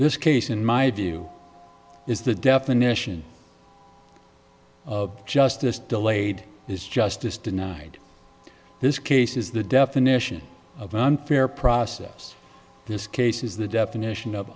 this case in my view is the definition of justice delayed is justice denied this case is the definition of unfair process this case is the definition of